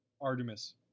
Artemis